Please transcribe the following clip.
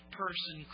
person